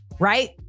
Right